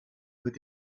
mit